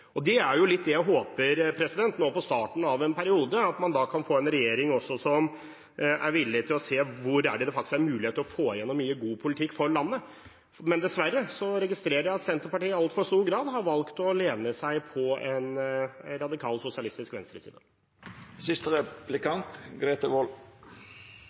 Det er litt det jeg håper nå i starten av en periode, at man kan få en regjering som er villig til å se hvor det faktisk er en mulighet til å få igjennom mye god politikk for landet. Men dessverre registrerer jeg at Senterpartiet i altfor stor grad har valgt å lene seg på en radikal sosialistisk